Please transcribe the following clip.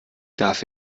darf